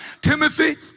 timothy